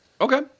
Okay